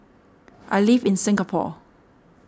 I live in Singapore